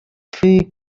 three